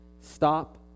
Stop